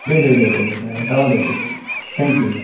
दे दे दे दे दे औ दे दे दे थेंकिउ